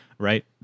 right